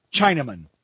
Chinaman